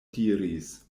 diris